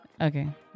Okay